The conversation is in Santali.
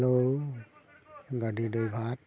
ᱦᱮᱞᱳ ᱜᱟᱹᱰᱤ ᱰᱟᱭᱵᱷᱟᱨ